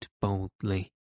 boldly